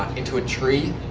into a tree.